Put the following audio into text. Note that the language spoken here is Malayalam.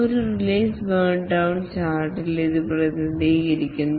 ഒരു റിലീസ് ബേൺ ഡൌൺ ചാർട്ടിൽ ഇത് പ്രതിനിധീകരിക്കുന്നു